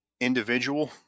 individual